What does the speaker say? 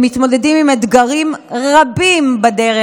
הם מתמודדים עם אתגרים רבים בדרך.